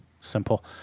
simple